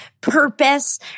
purpose